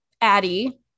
Addie